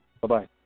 Bye-bye